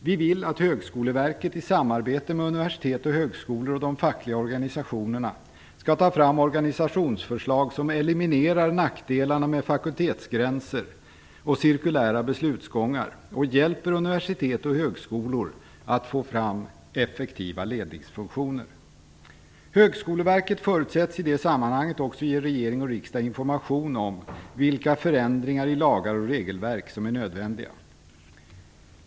Vi vill att Högskoleverket i samarbete med universitet och högskolor och de fackliga organisationerna skall ta fram organisationsförslag som eliminerar nackdelarna med fakultetsgränser och cirkulära beslutsgångar och hjälper universitet och högskolor att få fram effektiva ledningsfunktioner. Högskoleverket förutsätts i det sammanhanget också ge regering och riksdag information om vilka förändringar i lagar och regelverk som är nödvändiga.